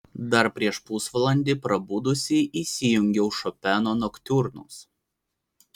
dar prieš pusvalandį prabudusi įsijungiau šopeno noktiurnus